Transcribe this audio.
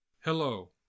Hello